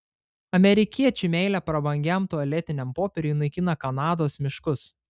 amerikiečių meilė prabangiam tualetiniam popieriui naikina kanados miškus